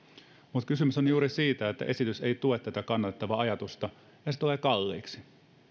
mutta kysymys on juuri siitä että esitys ei tue tätä kannatettavaa ajatusta ja tulee kalliiksi